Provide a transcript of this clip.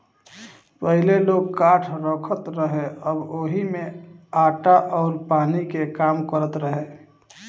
पहिले लोग काठ रखत रहे आ ओही में आटा अउर पानी के काम करत रहे